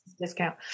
Discount